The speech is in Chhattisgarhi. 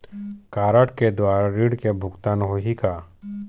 कारड के द्वारा ऋण के भुगतान होही का?